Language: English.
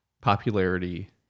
popularity